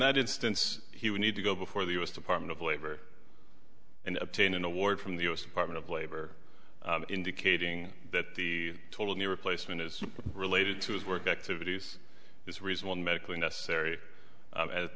that instance he would need to go before the u s department of labor and obtain an award from the u s department of labor indicating that the total knee replacement is related to his work activities this reason one medically necessary